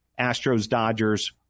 Astros-Dodgers